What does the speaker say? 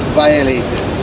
violated